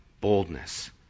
boldness